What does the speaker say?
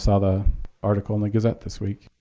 saw the article in the gazette this week.